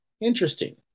Interesting